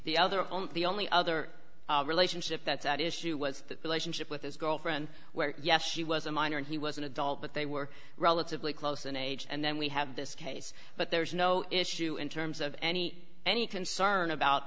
the other only the only other relationship that's at issue was the relationship with his girlfriend where yes she was a minor and he was an adult but they were relatively close in age and then we have this case but there's no issue in terms of any any concern about